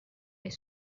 est